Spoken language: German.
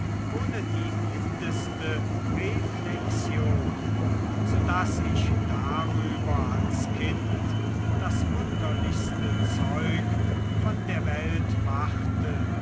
ohne die mindeste reflexion so daß ich darüber als kind das wunderlichste zeug von der welt machte